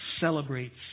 celebrates